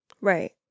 Right